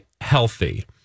healthy